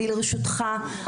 אני לרשותך,